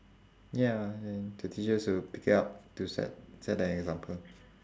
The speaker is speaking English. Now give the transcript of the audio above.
ya and the teachers should pick it up to set set the example